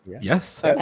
Yes